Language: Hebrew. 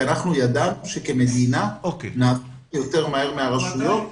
שידענו שכמדינה נפעל יותר מהר מהרשויות.